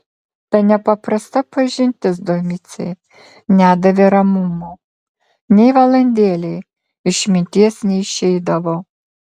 ta nepaprasta pažintis domicei nedavė ramumo nei valandėlei iš minties neišeidavo